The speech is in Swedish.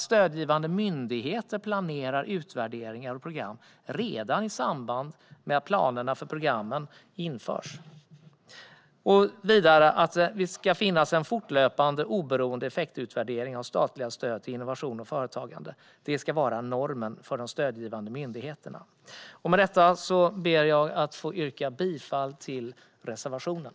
Stödgivande myndigheter ska också planera utvärderingar och program redan i samband med att planerna för programmen införs. Vidare anser vi att en fortlöpande oberoende effektutvärdering av statliga stöd till innovation och företagande ska vara normen för de stödgivande myndigheterna. Med detta ber jag att få yrka bifall till reservationen.